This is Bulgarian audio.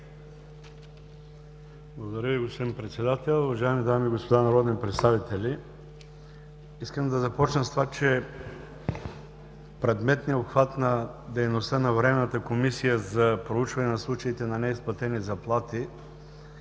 Благодаря Ви, господин Председател. Уважаеми дами и господа народни представители, искам да започна с това, че предметният обхват на дейността на Временната комисия за проучване на случаите на неизплатени заплати